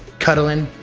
cuddling,